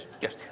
yes